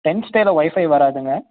tent ஸ்டேயில் wifi வராதுங்க